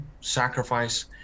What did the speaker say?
sacrifice